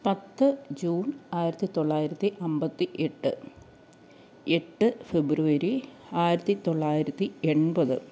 പത്ത് ജൂൺ ആയിരത്തി തൊള്ളായിരത്തി അൻപത്തി എട്ട് എട്ട് ഫെബ്രുവരി ആയിരത്തി തൊള്ളായിരത്തി എൺപത്